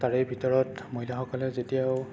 তাৰেই ভিতৰত মহিলাসকলে যে এতিয়াও